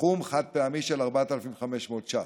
סכום חד-פעמי של 4,500 שקלים,